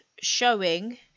showing